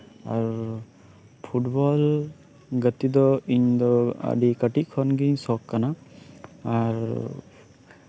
ᱟᱨ football ᱜᱟᱛᱮ ᱫᱚ ᱤᱧ ᱫᱚ ᱠᱟᱹᱴᱤᱡ ᱠᱷᱚᱱᱜᱮ ᱥᱚᱠᱷ ᱠᱟᱱᱟ ᱟᱨ